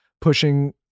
pushing